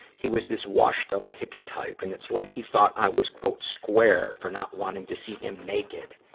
he was this washed-up hippie type, and it's like he thought i was square for not wanting to see him naked,